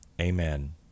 amen